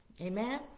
amen